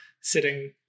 sitting